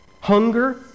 Hunger